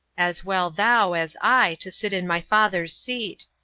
as well thou, as i, to sit in my father's seat.